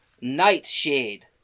Nightshade